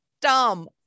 dumb